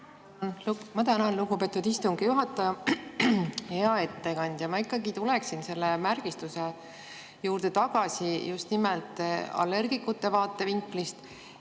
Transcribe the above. Ma tänan, lugupeetud istungi juhataja! Hea ettekandja! Ma ikkagi tuleksin selle märgistuse juurde tagasi just nimelt allergikute vaatevinklist.